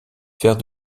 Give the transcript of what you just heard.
faire